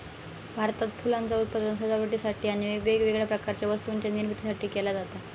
भारतात फुलांचा उत्पादन सजावटीसाठी आणि वेगवेगळ्या प्रकारच्या वस्तूंच्या निर्मितीसाठी केला जाता